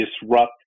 disrupt